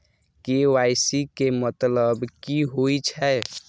KYC के मतलब की होई छै?